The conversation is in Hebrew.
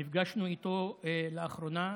נפגשנו איתו לאחרונה,